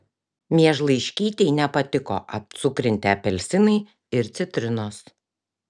miežlaiškytei nepatiko apcukrinti apelsinai ir citrinos